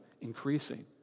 increasing